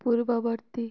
ପୂର୍ବବର୍ତ୍ତୀ